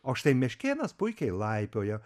o štai meškėnas puikiai laipiojo